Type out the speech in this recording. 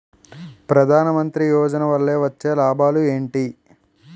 ప్రధాన మంత్రి యోజన వల్ల వచ్చే లాభాలు ఎంటి?